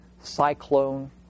cyclone